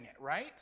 right